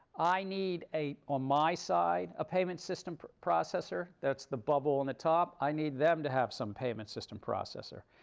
i need on on my side a payment system processor. that's the bubble on the top. i need them to have some payment system processor.